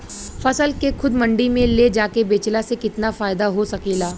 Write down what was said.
फसल के खुद मंडी में ले जाके बेचला से कितना फायदा हो सकेला?